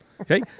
Okay